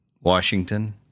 Washington